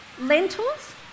Lentils